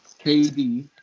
KD